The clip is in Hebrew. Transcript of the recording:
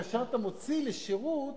כאשר אתה מוציא לשירות